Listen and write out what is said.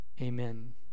Amen